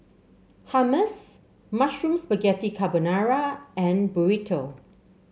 Hummus Mushroom Spaghetti Carbonara and Burrito